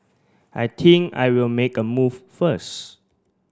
I think I will make a move first